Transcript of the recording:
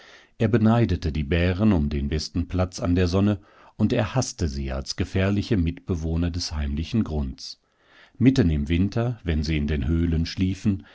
er beneidete die bären um den besten platz an der sonne und er haßte sie als gefährliche mitbewohner des heimlichen grunds mitten im winter wenn sie in den höhlen schliefen